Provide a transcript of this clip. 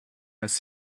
this